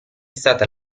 stata